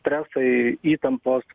stresai įtampos